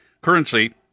Currency